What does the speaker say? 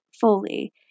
fully